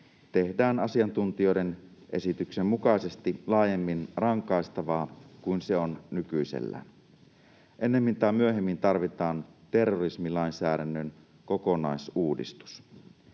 tehdään asiantuntijoiden esityksen mukaisesti laajemmin rangaistavaa kuin se on nykyisellään. Ennemmin tai myöhemmin tarvitaan terrorismilainsäädännön kokonaisuudistus.